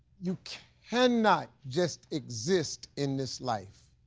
you cannot just exist in this life.